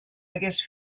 hagués